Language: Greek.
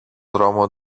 δρόμο